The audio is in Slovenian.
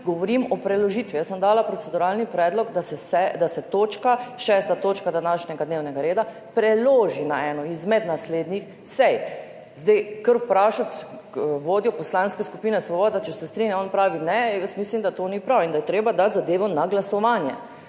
govorim o preložitvi. Jaz sem dala proceduralni predlog, da se točka, 6. točka današnjega dnevnega reda preloži na eno izmed naslednjih sej. Zdaj, kar vprašati vodjo Poslanske skupine Svoboda, če se strinja, on pravi ne, jaz mislim, da to ni prav in da je treba dati zadevo na glasovanje.